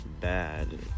bad